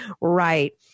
Right